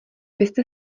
byste